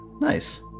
nice